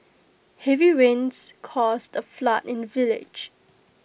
heavy rains caused A flood in the village